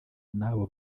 n’abo